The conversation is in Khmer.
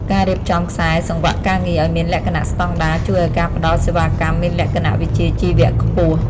ការរៀបចំខ្សែសង្វាក់ការងារឱ្យមានលក្ខណៈស្តង់ដារជួយឱ្យការផ្ដល់សេវាកម្មមានលក្ខណៈវិជ្ជាជីវៈខ្ពស់។